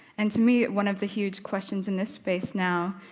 and to me, one of the huge questions in this space now,